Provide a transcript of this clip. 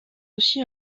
aussi